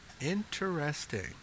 Interesting